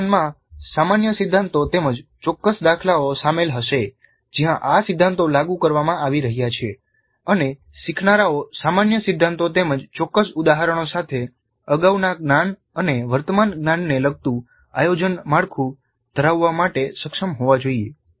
પ્રદર્શનમાં સામાન્ય સિદ્ધાંતો તેમજ ચોક્કસ દાખલાઓ શામેલ હશે જ્યાં આ સિદ્ધાંતો લાગુ કરવામાં આવી રહ્યા છે અને શીખનારાઓ સામાન્ય સિદ્ધાંતો તેમજ ચોક્કસ ઉદાહરણો સાથે અગાઉના જ્ઞાન અને વર્તમાન જ્ઞાનને લગતું આયોજન માળખું ધરાવવા માટે સક્ષમ હોવા જોઈએ